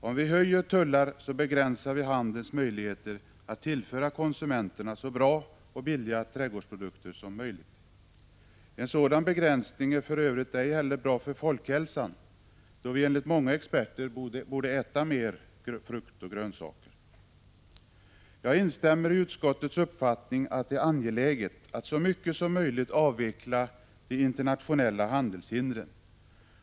Om vi höjer tullar begränsar vi handelns möjligheter att tillföra konsumenterna så bra och billiga trädgårdsprodukter som möjligt. En sådan begränsning är för övrigt ej heller bra för folkhälsan, då vi enligt många experter borde äta mer frukt och grönsaker. Jag delar utskottets uppfattning att det är angeläget att så mycket som möjligt avveckla de internationella handelshindren.